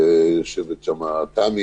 יושבת שם תמי,